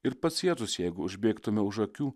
ir pats jėzus jeigu užbėgtumėme už akių